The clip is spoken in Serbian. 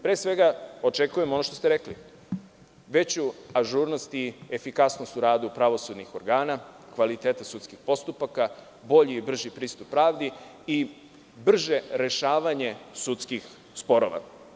Pre svega, očekujemo ono što ste rekli – veću ažurnost i efikasnost u radu pravosudnih organa, kvaliteta sudskih postupaka, bolji i brži pristup pravdi i brže rešavanje sudskih sporova.